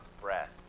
breath